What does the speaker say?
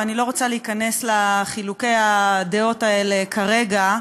ואני לא רוצה להיכנס לחילוקי הדעות האלה כרגע.